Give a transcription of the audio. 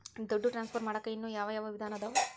ದುಡ್ಡು ಟ್ರಾನ್ಸ್ಫರ್ ಮಾಡಾಕ ಇನ್ನೂ ಯಾವ ಯಾವ ವಿಧಾನ ಅದವು?